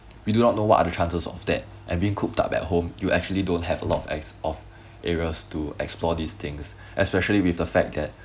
we do not know what are the chances of that and being cooped up at home you actually don't have a lot of as~ of areas to explore these things especially with the fact that